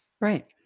Right